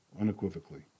unequivocally